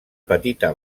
petita